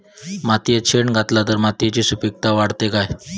मातयेत शेण घातला तर मातयेची सुपीकता वाढते काय?